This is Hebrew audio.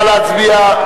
נא להצביע.